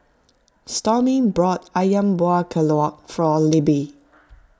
Stormy bought Ayam Buah Keluak for Libbie